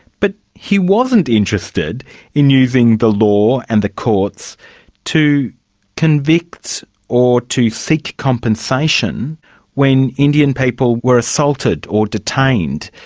but he wasn't interested in using the law and the courts to convict or to seek compensation when indian people were assaulted, or detained.